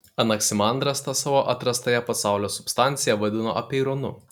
anaksimandras tą savo atrastąją pasaulio substanciją vadino apeironu